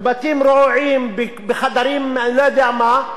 בבתים רעועים, בחדרים אני לא יודע מה,